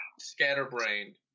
scatterbrained